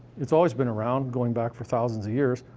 it's always been around, going back for thousands of years,